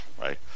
right